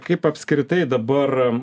kaip apskritai dabar